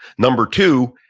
number two,